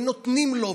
ונותנים לו,